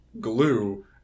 glue